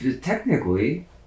technically